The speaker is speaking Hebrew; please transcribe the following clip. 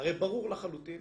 הרי ברור לחלוטין